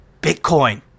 bitcoin